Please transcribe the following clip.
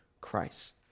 Christ